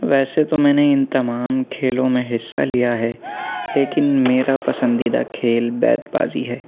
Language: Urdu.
ویسے تو میں نے اِن تمام کھیلوں میں حصہ لیا ہے لیکن میرا پسندیدہ کھیل بیت بازی ہے